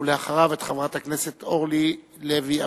ואחריו, את חברת הכנסת אורלי לוי אבקסיס.